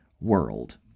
world